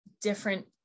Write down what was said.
different